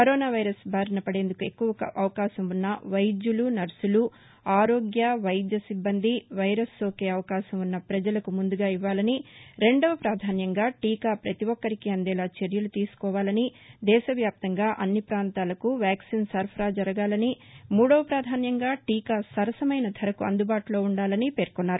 corona virus బారిన పడేందుకు ఎక్కువ అవకాశం ఉన్న వైద్యులు నర్సులు ఆరోగ్య వైద్య సిబ్బంది వైరస్ సోకే అవకాశం ఉన్న పజలకు ముందుగా ఇవ్వాలని రెండవ ప్రాధాన్యంగా టీకా ప్రతి ఒక్కరికీ అందేలా చర్యలు తీసుకోవాలని దేశవ్యాప్తంగా అన్ని ప్రాంతాలకు వ్యాక్సిన్ సరఫరా జరగాలనీ మూడవ పాధాన్యంగా టీకా సరసమైన ధరకు అందుబాటులో ఉండాలని పేర్కొన్నారు